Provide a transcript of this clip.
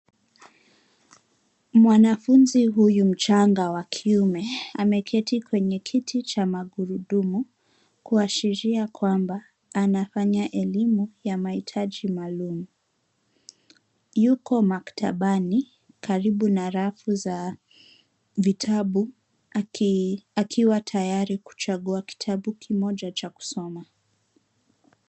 Mwanafunzi huyu mchanga wa kiume ameketi kwenye kiti cha magurudumu kuashiri kwamba anafanya elimu ya mahitaji maalum. Yuko maktabani karibu na rafu za vitabu akiwa tayari kuchagua kitabu kimoja cha kusoma.